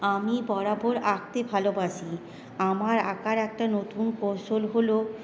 আমি বরাবর আঁকতে ভালোবাসি আমার আঁকার একটা নতুন কৌশল হলো